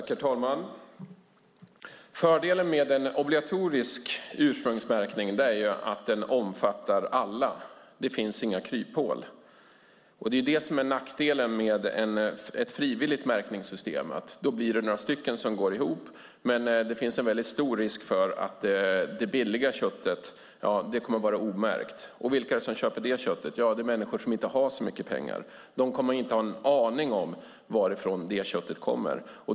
Herr talman! Fördelen med en obligatorisk ursprungsmärkning är ju att den omfattar alla. Det finns inga kryphål. Det är det som är nackdelen med ett frivilligt märkningssystem. Då blir det några stycken som går ihop, men det finns en väldigt stor risk för att det billiga köttet kommer att vara omärkt. Och vilka är det som köper det köttet? Det är människor som inte har så mycket pengar. De kommer inte att ha en aning om varifrån det köttet kommer.